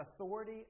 authority